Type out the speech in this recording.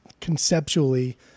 conceptually